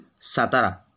Satara